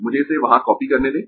मुझे इसे वहां कॉपी करने दें